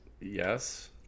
Yes